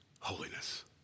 holiness